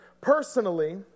personally